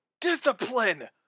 discipline